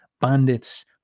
bandits